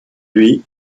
lui